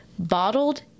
Bottled